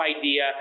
idea